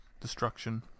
destruction